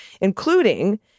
including